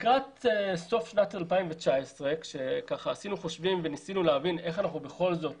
לקראת סוף שנת 2019 כשעשינו חושבים וניסינו להבין איך אנחנו בכל זאת